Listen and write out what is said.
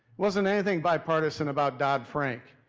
wasn't anything bipartisan about dodd-frank.